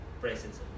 presence